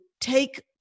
take